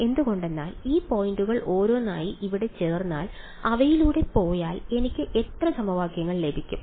എന്തുകൊണ്ടെന്നാൽ ഈ പോയിന്റുകൾ ഓരോന്നായി ഇവിടെ ചേർത്താൽ അവയിലൂടെ പോയാൽ എനിക്ക് എത്ര സമവാക്യങ്ങൾ ലഭിക്കും